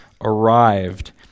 arrived